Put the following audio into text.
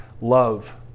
Love